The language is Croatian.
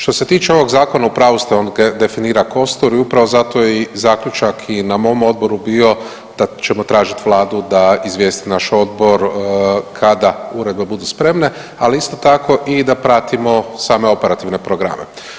Što ste tiče ovog zakona u pravu ste on definira kostur i upravo zato je zaključak i na mom odboru bio da ćemo tražiti vladu da izvijesti naš odbor kada uredbe budu spremne, ali isto tako i da pratimo same operativne programe.